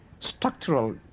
Structural